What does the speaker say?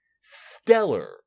stellar